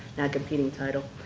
that competing title.